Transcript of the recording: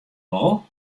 wol